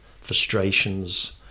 frustrations